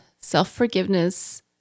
Self-forgiveness